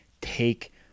take